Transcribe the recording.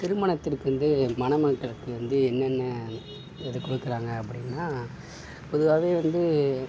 திருமணத்திற்கு வந்து மணமக்களுக்கு வந்து என்னென்ன எதுக்கு கொடுக்குறாங்க அப்படின்னா பொதுவாகவே வந்து